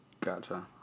Gotcha